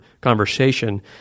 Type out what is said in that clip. conversation